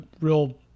real